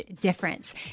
difference